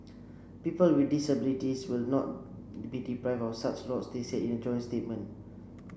people with disabilities will not be deprived of such lots they said in a joint statement